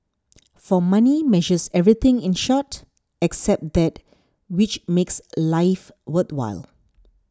for money measures everything in short except that which makes life worthwhile